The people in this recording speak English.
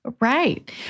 Right